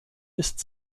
ist